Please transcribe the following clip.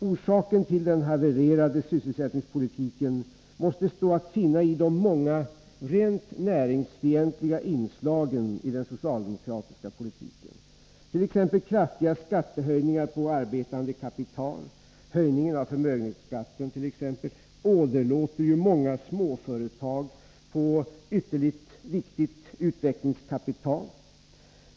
Orsaken till den havererade sysselsättningspolitiken måste stå att finna i de många rent näringsfientliga inslagen i den socialdemokratiska politiken, t.ex. kraftiga skattehöjningar på arbetande kapital. Höjningen av förmögenhetsskatten åderlåter t.ex. många småföretag på ytterligt viktigt utvecklingskapital.